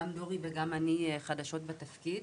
גם דבורה וגם אני חדשות בתפקיד,